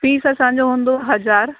fees असांजो हूंदो हज़ार